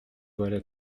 voilà